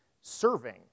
serving